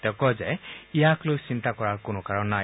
তেওঁ কয় যে ইয়াক লৈ চিন্তা কৰাৰ কোনো কাৰণ নাই